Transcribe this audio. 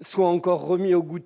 soit remis au goût